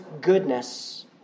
goodness